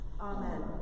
Amen